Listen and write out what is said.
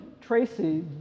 Tracy